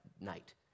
night